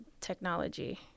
technology